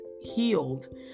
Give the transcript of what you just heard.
healed